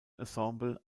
ensemble